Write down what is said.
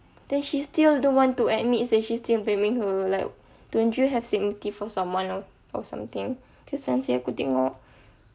then she still don't want to admit says she still blaming her like don't you have sympathy for someone or or something